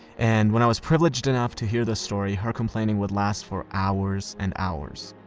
and when i was privileged enough to hear this story, her complaining would last for hours and hours.